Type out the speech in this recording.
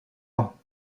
ans